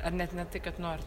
ar net ne tai kad nu ar